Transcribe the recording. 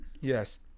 Yes